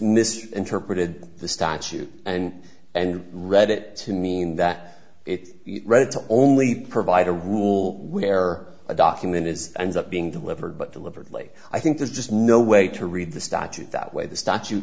mis interpreted the statute and and read it to mean that it's right to only provide a rule where a document is ends up being delivered but deliberately i think there's just no way to read the statute that way the statu